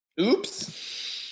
Oops